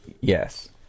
yes